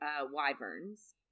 Wyverns